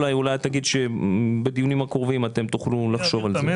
אולי תגיד שבדיונים הקרובים אתם תוכלו לחשוב על זה.